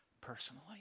personally